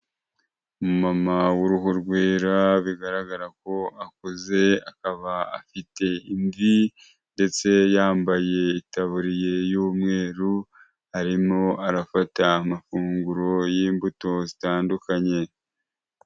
Umumama w'uruhu rwera bigaragara ko akuze, akaba afite imvi ndetse yambaye itaburiya y'umweru, arimo arafata amafunguro y'imbuto zitandukanye.